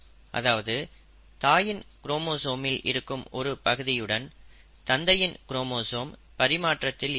அதாவது தாயின் குரோமோசோமில் இருக்கும் ஒரு பகுதியுடன் தந்தையின் குரோமோசோம் பரிமாற்றத்தில் ஈடுபடும்